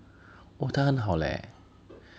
!wah! 他很好 leh